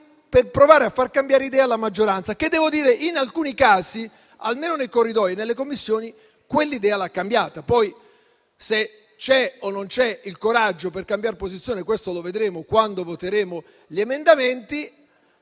per provare a far cambiare idea alla maggioranza, che in alcuni casi, almeno nei corridoi, nelle Commissioni, quell'idea l'ha cambiata. Poi se c'è o meno il coraggio per cambiare posizione, lo vedremo quando voteremo gli emendamenti.